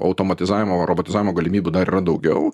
automatizavimo robotizavimo galimybių dar yra daugiau